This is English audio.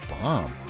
bomb